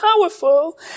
powerful